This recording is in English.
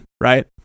right